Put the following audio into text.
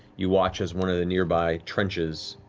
you watch as one of the nearby trenches,